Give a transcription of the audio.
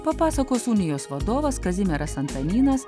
papasakos unijos vadovas kazimieras antanynas